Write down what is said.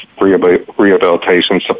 rehabilitation